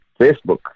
Facebook